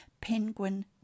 Penguin